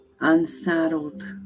Unsaddled